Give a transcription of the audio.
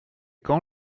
quand